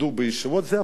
זו הבחירה שלהם.